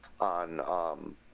on